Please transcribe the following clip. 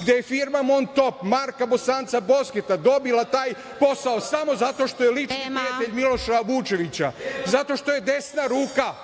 gde je firma „Montop“ Marka Bosanca Bosketa dobila taj posao samo zato što je lični prijatelj Miloša Vučevića, zato što je desna ruka